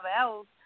else